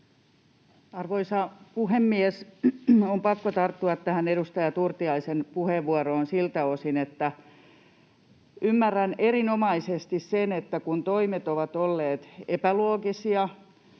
Arvoisa puhemies! On pakko tarttua tähän edustaja Turtiaisen puheenvuoroon siltä osin, että ymmärrän erinomaisesti sen, että kun toimet ovat olleet epäloogisia,